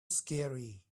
scary